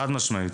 חד-משמעית.